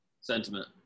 sentiment